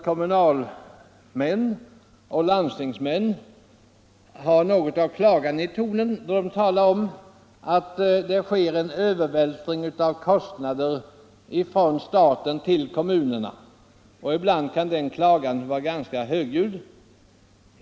Kommunalmän och landstingsmän har ofta något av klagan i tonen då de talar om att det sker en övervältring av kostnader från staten till kommunerna, och ibland kan denna klagan vara ganska högljudd.